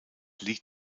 liegt